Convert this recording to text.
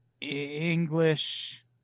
english